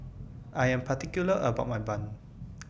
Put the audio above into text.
I Am particular about My Bun